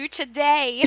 today